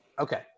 Okay